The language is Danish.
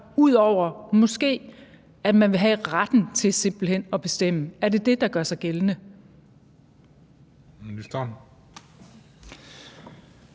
ud over, måske, at man vil have retten til simpelt hen at bestemme. Er det det, der gør sig gældende?